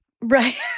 right